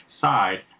side